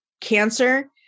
cancer